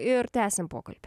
ir tęsiam pokalbį